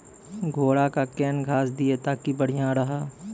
घोड़ा का केन घास दिए ताकि बढ़िया रहा?